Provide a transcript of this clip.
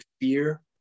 fear